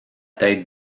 tête